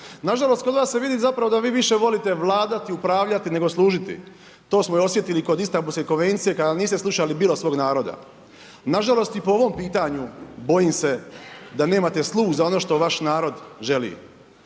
Nažalost kod vas se vidi zapravo da vi više volite vladati, upravljati nego služiti. To smo i osjetili kod Istambulske konvencije kada niste slušali bilo svog naroda. Nažalost i po ovom pitanju bojim se da nemate sluh za ono što vaš narod želi.